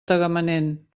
tagamanent